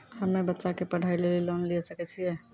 हम्मे बच्चा के पढ़ाई लेली लोन लिये सकय छियै?